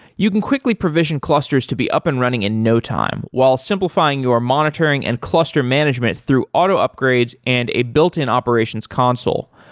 you can quickly provision clusters to be up and running in no time while simplifying your monitoring and cluster management through auto upgrades and a built-in operations console.